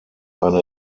eine